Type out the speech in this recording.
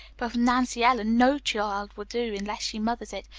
but with nancy ellen, no child will do unless she mothers it,